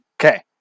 Okay